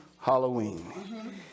Halloween